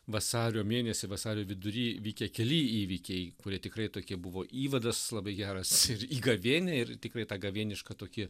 vasario mėnesį vasario vidury vykę keli įvykiai kurie tikrai tokie buvo įvadas labai geras ir į gavėnią ir tikrai į tą gavėnišką tokį